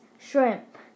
shrimp